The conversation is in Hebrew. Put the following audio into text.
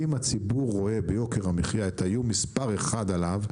אם הציבור רואה ביוקר המחייה את האיום מספר 1 עליו,